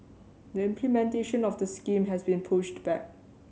the implementation of the scheme has been pushed back